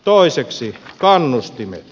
toiseksi kannustimet